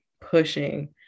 pushing